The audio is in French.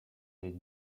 des